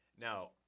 Now